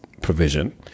provision